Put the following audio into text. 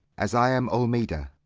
as i am almeda,